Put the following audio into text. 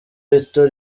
rito